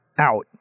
out